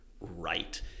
Right